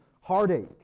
heartache